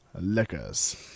liquors